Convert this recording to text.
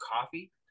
coffee